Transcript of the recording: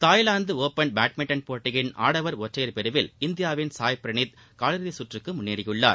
Thailand open badminton போட்டியின் ஆடவர் ஒற்றையர் பிரிவில் இந்தியாவின் சாய் பிரணீத் கால் இறுதிச் சுற்றுக்கு முன்னேறியுள்ளார்